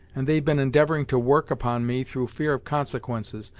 and they've been endivouring to work upon me through fear of consequences,